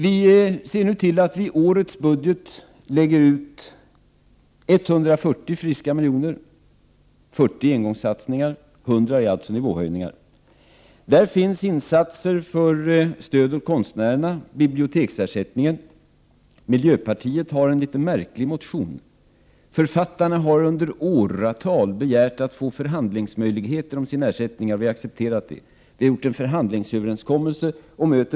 Vi ser nu i årets budget till att 140 friska miljoner läggs ut — 40 miljoner i engångssatsningar och 100 miljoner i nivåhöjningar. Där finns insatser för stöd åt konstnärerna och biblioteksersättningen. Miljöpartiet har väckt en märklig motion. Författarna har under åratal begärt att få möjligheter att förhandla om sin ersättning. Vi har accepterat det, och en förhandlingsöverenskommelse har träffats.